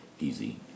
easy